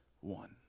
one